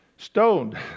Stoned